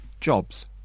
jobs